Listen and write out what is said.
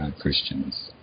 Christians